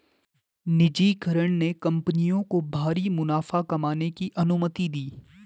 निजीकरण ने कंपनियों को भारी मुनाफा कमाने की अनुमति दी